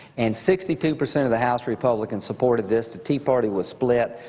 and sixty two percent of the house republicans supported this. the tea party was split.